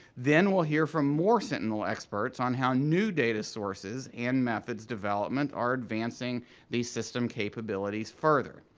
then we'll hear from more sentinel experts on how new data sources and methods development are advancing the system capabilities further.